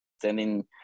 sending